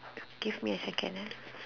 give me a second